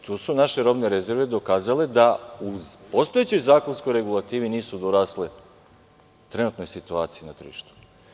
Tu su naše robne rezerve dokazale da u postojećoj zakonskoj regulativi nisu dorasle trenutnoj situaciji na tržištu.